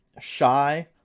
shy